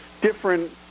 different